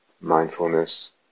mindfulness